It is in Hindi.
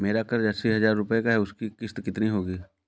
मेरा कर्ज अस्सी हज़ार रुपये का है उसकी किश्त कितनी होगी?